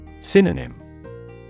Synonym